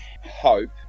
hope